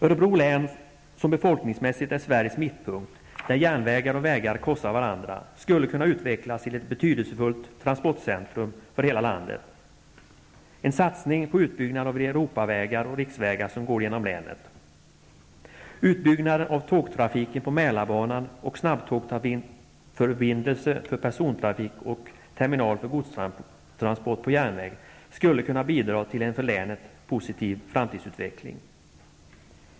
Örebro län, som befolkningsmässigt är Sveriges mittpunkt där järnvägar och vägar korsar varandra, skulle kunna utvecklas till ett betydelsefullt transportcentrum för hela landet, en satsning på utbyggnad av de Europa och riksvägar som går genom länet. Utbyggnad av tågtrafiken på Mälarbanan och snabbtågsförbindelse för persontrafik och terminal för godstransport på järnväg skulle kunna bidra till en för länet positiv framtidsutveckling.